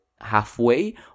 halfway